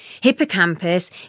Hippocampus